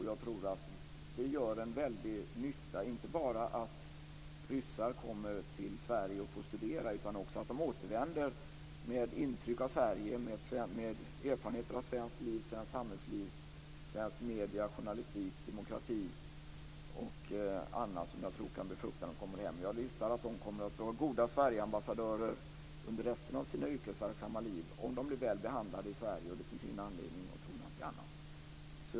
Jag tror att det gör en väldig nytta inte bara att ryssar kommer till Sverige och får studera utan också att de återvänder med intryck av Sverige och erfarenheter av svenskt samhällsliv, svenska medier, svensk journalistik, demokrati och annat som jag tror kan bära frukt när de kommer hem. Jag gissar att de kommer att vara goda Sverigeambassadörer under resten av sina yrkesverksamma liv om de blir väl behandlade i Sverige, och det finns ingen anledning att tro någonting annat.